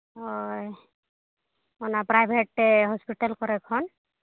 ᱦᱳᱭ ᱚᱱᱟ private hospital ᱠᱚᱨᱮ ᱠᱷᱚᱱ